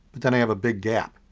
but then i have a big gap.